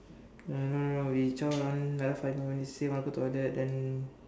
I don't know we zhao now and another five more minutes we say we want to go toilet then